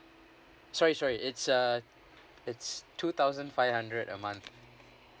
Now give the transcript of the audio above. sorry sorry it's uh it's two thousand five hundred a month